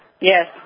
Yes